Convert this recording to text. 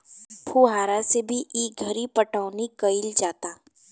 फुहारा से भी ई घरी पटौनी कईल जाता